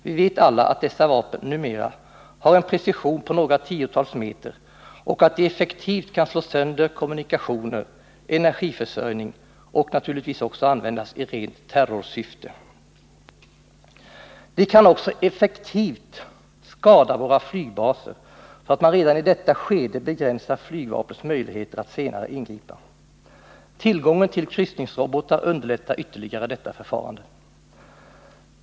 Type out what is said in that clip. Vi vet alla att dessa vapen numera har en precision på några tiotal meter och att de effektivt kan slå sönder kommunikationer och energiförsörjning och naturligtvis också kan användas i rent terrorsyfte. De kan också effektivt skada våra flygbaser, så att man redan i detta skede begränsar flygvapnets möjligheter att senare ingripa. Tillgången till kryssningsrobotar underlättar ytterligare detta förfarande.